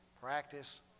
practice